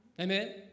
Amen